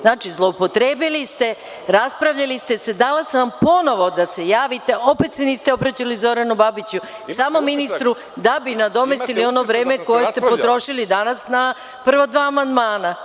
Znači, zloupotrebili ste, raspravljali ste se, dala sam vam ponovo da se javite, opet se niste obraćali Zoranu Babiću, samo ministru da bi nadomestili ono vreme koje ste potrošili danas na prva dva amandmana.